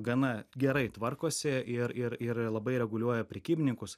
gana gerai tvarkosi ir ir ir labai reguliuoja prekybininkus